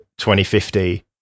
2050